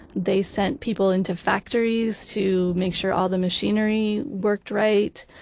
they sent people into factories to make sure all the machinery worked right.